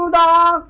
la